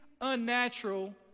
unnatural